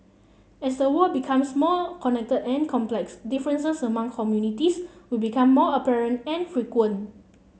as the world becomes more connected and complex differences among communities will become more apparent and frequent